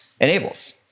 enables